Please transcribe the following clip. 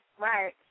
right